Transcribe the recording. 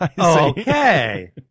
Okay